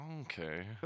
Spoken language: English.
Okay